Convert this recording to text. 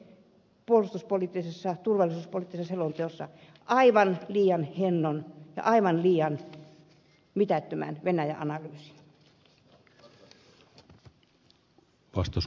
me olemme tehneet puolustus ja turvallisuuspoliittisessa selonteossa aivan liian hennon ja aivan liian mitättömän venäjä analyysin